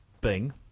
Bing